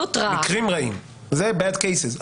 זה Bad Cases.